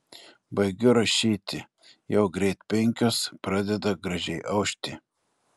baigiu rašyti jau greit penkios pradeda gražiai aušti